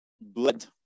Blood